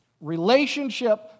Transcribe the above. relationship